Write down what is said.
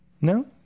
No